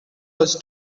was